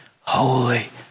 Holy